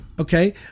Okay